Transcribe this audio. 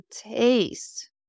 taste